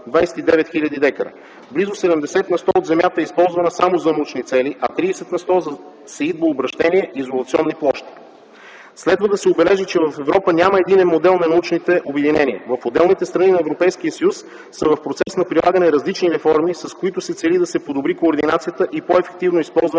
29 000 декара. Близо 70 на сто от земята е използвана само за научни цели, а 30% за сеитбообръщение изолационни площи. Следва да се отбележи, че в Европа няма единен модел на научните обединения. В отделните страни на Европейския съюз са в процес на прилагане различни реформи, с които се цели да се подобри координацията и по-ефективно използване